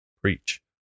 preach